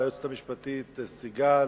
ליועצת המשפטית סיגל,